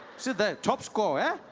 see there. top score,